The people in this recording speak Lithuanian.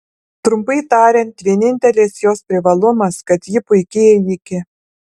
trumpai tariant vienintelis jos privalumas kad ji puiki ėjikė